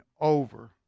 over